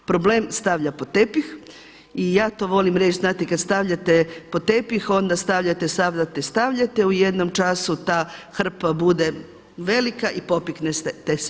Problem stavlja pod tepih i ja to volim reći znate kada stavljate pod tepih onda stavljate, stavljate, stavljate u jednom času ta hrpa bude velika i popiknete se.